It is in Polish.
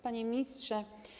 Panie Ministrze!